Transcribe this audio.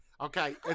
Okay